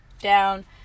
down